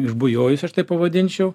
išbujojus aš taip pavadinčiau